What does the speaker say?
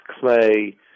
Clay